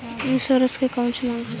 Insurance मे कौची माँग हको?